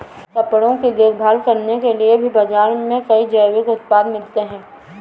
कपड़ों की देखभाल करने के लिए भी बाज़ार में कई जैविक उत्पाद मिलते हैं